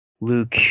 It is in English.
Luke